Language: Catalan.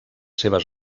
seves